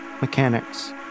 mechanics